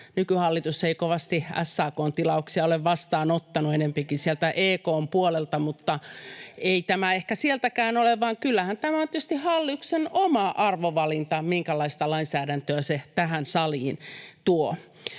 nykyhallitus ei kovasti SAK:n tilauksia ole vastaanottanut, enempikin sieltä EK:n puolelta, mutta ei tämä ehkä sieltäkään ole, vaan kyllähän tämä on tietysti hallituksen oma arvovalinta, minkälaista lainsäädäntöä se tähän saliin tuo.